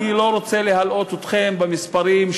אני לא רוצה להלאות אתכם במספרים,